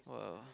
!wow!